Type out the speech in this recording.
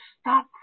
stop